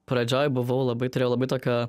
pradžioj buvau labai turėjau labai tokio